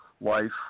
life